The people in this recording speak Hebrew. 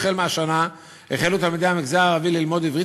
השנה החלו תלמידי המגזר הערבי ללמוד עברית